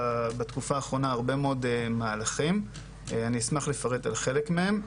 בתקופה האחרונה הרבה מאוד מהלכים שאני אשמח מאוד לפרט על חלק מהם,